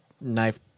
Knife